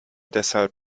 deshalb